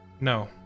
no